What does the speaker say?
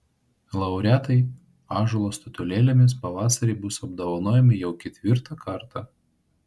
laureatai ąžuolo statulėlėmis pavasarį bus apdovanojami jau ketvirtą kartą